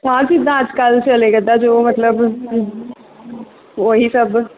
ਹਾਂ ਜਿੱਦਾਂ ਅੱਜ ਕੱਲ੍ਹ ਚੱਲਿਆ ਕਰਦਾ ਜੋ ਮਤਲਬ ਹੂ ਉਹੀ ਸਭ